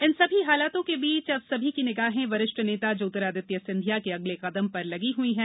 इन सभी हालातों के बीच अब सभी की निगाहें वरिष्ठ नेता ज्योतिरादित्य सिंधिया के अगले कदम पर लगी हयी हैं